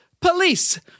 police